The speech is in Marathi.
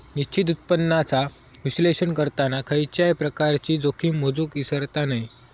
निश्चित उत्पन्नाचा विश्लेषण करताना खयच्याय प्रकारची जोखीम मोजुक इसरता नये